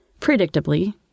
Predictably